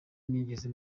nigeze